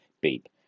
beep